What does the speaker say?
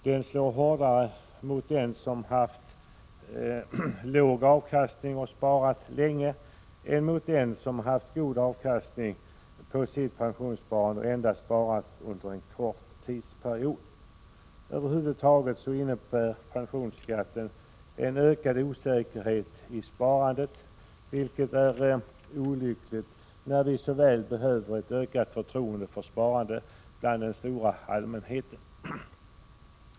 Den slår hårdare mot den som haft låg avkastning och sparat länge än mot den som haft god avkastning på sitt pensionssparande och endast sparat under en kort tidsperiod. Pensionsskatten innebär över huvud taget en ökad osäkerhet i sparandet, vilket är olyckligt när vi så väl behöver ett ökat förtroende för sparande hos den stora allmänheten.